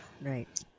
Right